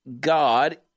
God